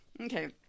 Okay